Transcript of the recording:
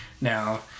now